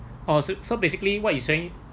oh so basically what you're saying